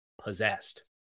possessed